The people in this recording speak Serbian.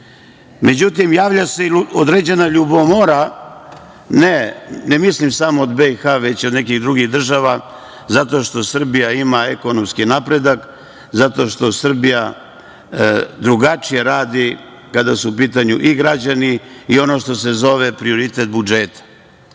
Međutim, javlja se i određena ljubomora, ne mislim samo od BiH nego i od nekih drugih država zato što Srbija ima ekonomski napredak, zato što Srbija drugačije radi kada su u pitanju i građani i ono što se zove prioritet budžeta.